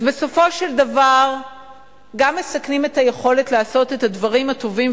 אז בסופו של דבר גם מסכנים את היכולת לעשות את הדברים הטובים,